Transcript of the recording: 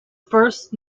first